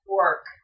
work